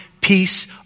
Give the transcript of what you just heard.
peace